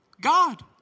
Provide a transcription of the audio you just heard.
God